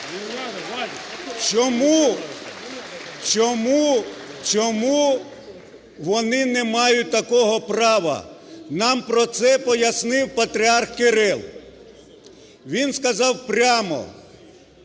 Чому вони не мають такого права? Нам про це пояснив Патріарх Кирил. Він сказав прямо,